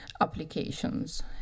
applications